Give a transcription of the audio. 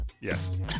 Yes